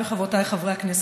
חבריי וחברותיי חברי הכנסת,